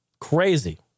Crazy